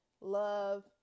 love